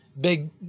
big